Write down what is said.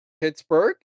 Pittsburgh